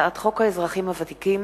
הצעת חוק האזרחים הוותיקים